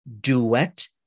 duet